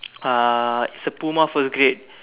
uh it's a Puma first grade